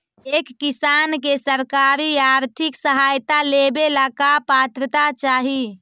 एक किसान के सरकारी आर्थिक सहायता लेवेला का पात्रता चाही?